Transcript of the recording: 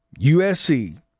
USC